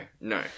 no